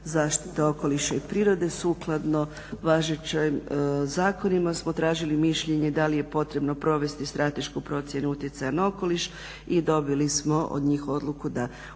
zaštite okoliša i prirode. Sukladno važećim zakonima smo tražili mišljenje da li je potrebno provesti stratešku procjenu utjecaja na okoliš i dobili smo od njih odluku da